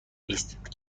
نیست